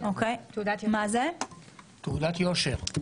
תעודת יושר.